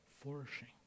flourishing